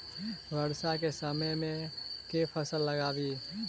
वर्षा केँ समय मे केँ फसल लगाबी?